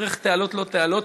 דרך תעלות-לא-תעלות,